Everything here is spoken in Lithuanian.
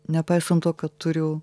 nepaisant to kad turiu